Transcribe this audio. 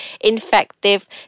infective